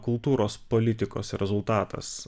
kultūros politikos rezultatas